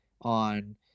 on